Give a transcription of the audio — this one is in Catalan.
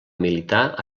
militar